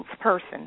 person